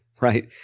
right